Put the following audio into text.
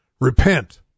Repent